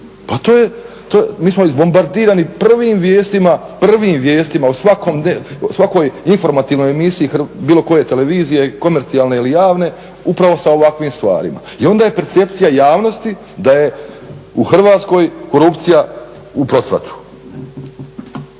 pa to je, mi smo izbombardirani prvim vijestima u svakoj informativnoj emisiji bilo koje televizije komercijalne ili javne upravo sa ovakvim stvarima i onda je percepcija javnosti da je u Hrvatskoj korupcija u procvatu.